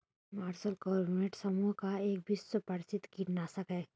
martial carbonate समूह का एक विश्व प्रसिद्ध कीटनाशक है